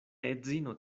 edzino